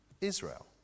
Israel